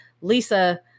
Lisa